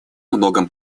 многом